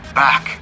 back